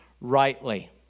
rightly